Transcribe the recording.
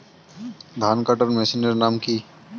ধান কাটার মেশিনের নাম কি?